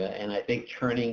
and i think turning